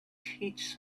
teach